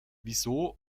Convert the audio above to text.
wieso